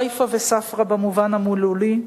סייפא וספרא במובן המילולי,